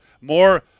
more